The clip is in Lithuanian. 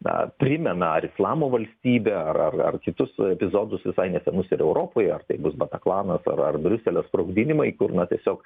na primena ar islamo valstybę ar ar ar kitus epizodus visai nesenus ir jau europoje ar tai bus bataklanas ar ar briuselio sprogdinimai kur na tiesiog